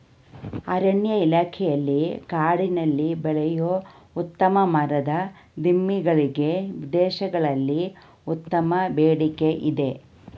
ಅರಣ್ಯ ಇಲಾಖೆಯಲ್ಲಿ ಕಾಡಿನಲ್ಲಿ ಬೆಳೆಯೂ ಉತ್ತಮ ಮರದ ದಿಮ್ಮಿ ಗಳಿಗೆ ವಿದೇಶಗಳಲ್ಲಿ ಉತ್ತಮ ಬೇಡಿಕೆ ಇದೆ